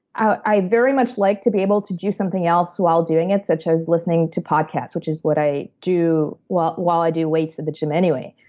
i i very much like to be able to do something else while doing it such as listening to podcasts which is what i do while while i do weights in the gym anyway.